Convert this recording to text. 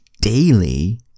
daily